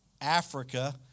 Africa